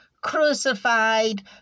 crucified